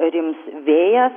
rims vėjas